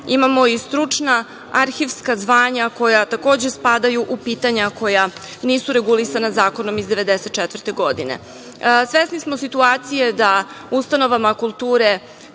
Imamo i stručna arhivska zvanja, koja takođe spadaju u pitanja koja nisu regulisana zakonom iz 1994. godine. Svesni smo situacije da ustanovama kulture